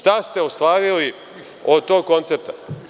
Šta ste ostvarili od tog koncepta?